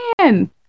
man